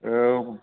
औ